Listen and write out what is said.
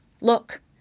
Look